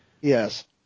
Yes